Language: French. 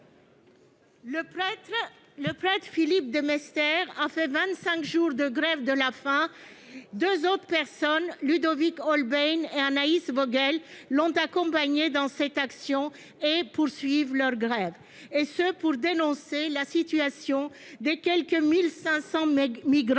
Le prêtre Philippe Demeestère a fait vingt-cinq jours de grève de la faim ; deux autres personnes- Ludovic Holbein et Anaïs Vogel -l'ont accompagné dans cette action et poursuivent leur grève, afin de dénoncer la situation des quelque 1 500 migrants